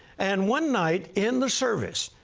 and one night in the service,